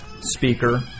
speaker